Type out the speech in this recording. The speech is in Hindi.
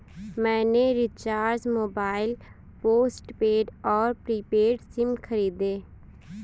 मैंने रिचार्ज मोबाइल पोस्टपेड और प्रीपेड सिम खरीदे